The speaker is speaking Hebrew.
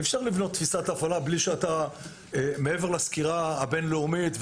אי אפשר לבנות תפיסת הפעלה מעבר לסקירה הבין-לאומית.